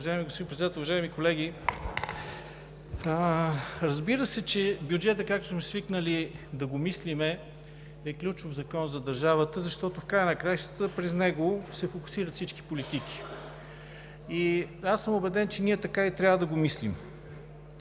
Уважаема госпожо Председател, уважаеми колеги! Разбира се, че бюджетът, както сме свикнали да го мислим, е ключов закон за държавата, защото в края на краищата през него се фокусират всички политики. И аз съм убеден, че ние така и трябва да го мислим.